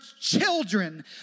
children